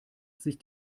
sich